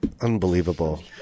Unbelievable